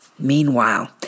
Meanwhile